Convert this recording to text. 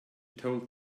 told